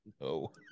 No